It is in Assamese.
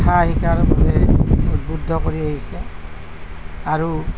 ভাষা শিকাৰ বাবে উদ্বুদ্ধ কৰি আহিছে আৰু